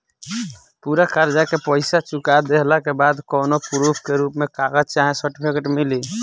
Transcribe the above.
पूरा कर्जा के पईसा चुका देहला के बाद कौनो प्रूफ के रूप में कागज चाहे सर्टिफिकेट मिली?